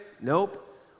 Nope